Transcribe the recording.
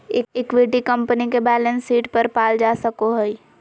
equity company के balance sheet पर पाल जा सको हइ